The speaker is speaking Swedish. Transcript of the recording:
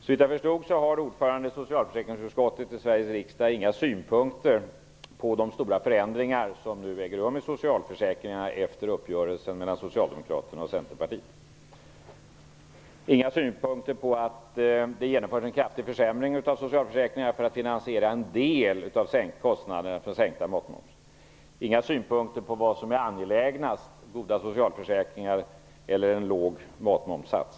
Såvitt jag förstod har ordföranden i socialförsäkringsutskottet i Sveriges riksdag inga synpunkter på de stora förändringar som nu sker i socialförsäkringarna efter uppgörelsen mellan Socialdemokraterna och Centerpartiet. Maj-Inger Klingvall hade inga synpunkter på att det genomförs en kraftig försämring av socialförsäkringarna för att finansiera en del av kostnaden för den sänkta matmomsen. Det förekom inga synpunkter på vad som är angelägnast - goda socialförsäkringar eller en låg matmomssats.